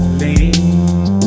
leave